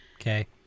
Okay